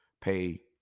pay